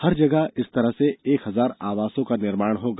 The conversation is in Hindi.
हर जगह इस तरह के एक हजार आवासों का निर्माण होगा